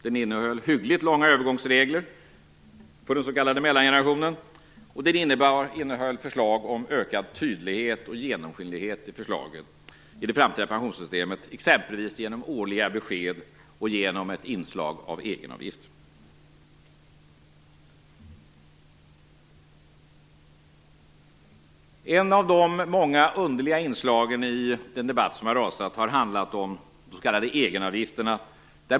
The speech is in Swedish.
Det innehöll hyggligt långa övergångsregler för den s.k. mellangenerationen och det innehöll förslag om ökad tydlighet och genomskinlighet i förslagen i det framtida pensionssystemet, exempelvis genom årliga besked och genom ett inslag av egenavgifter. Ett av de många underliga inslagen i den debatt som har rasat har handlat om de s.k. egenavgifterna.